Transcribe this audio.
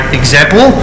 example